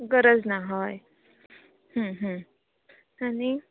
गरज ना हय आनी